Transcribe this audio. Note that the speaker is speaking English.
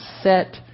set